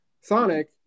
Sonic